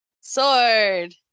sword